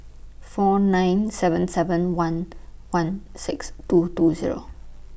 four nine seven seven one one six two two Zero